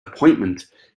appointment